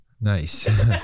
Nice